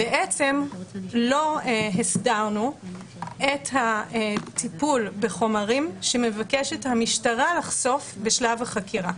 לא הסדרנו את הטיפול בחומרים שמבקשת המשטרה לחשוף בשלב החקירה.